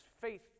faith